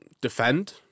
defend